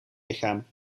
lichaam